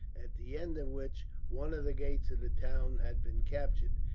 at the end of which one of the gates of the town had been captured,